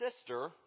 sister